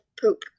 poop